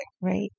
Right